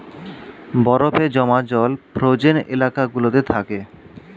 বরফে জমা জল ফ্রোজেন এলাকা গুলোতে থাকে